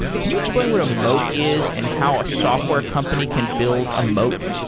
can you explain what a moat is and how a software company can build a moat?